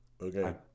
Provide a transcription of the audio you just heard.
Okay